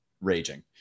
raging